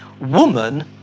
woman